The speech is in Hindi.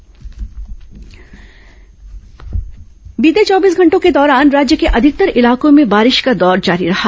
मौसम बीते चौबीस घंटों के दौरान राज्य के अधिकतर इलाकों में बारिश का दौर जारी रहा